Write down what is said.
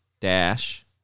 Dash